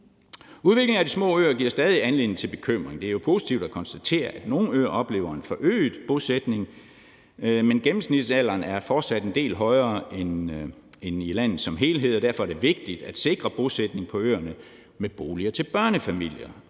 Udviklingen af de små øer giver stadig anledning til bekymring. Det er jo positivt at konstatere, at nogle øer oplever en forøget bosætning, men gennemsnitsalderen er fortsat en del højere end i landet som helhed, og derfor er det vigtigt at sikre bosætning på øerne med boliger til børnefamilier.